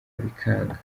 bikanga